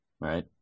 Right